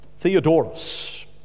Theodorus